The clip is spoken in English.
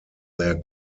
their